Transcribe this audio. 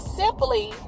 simply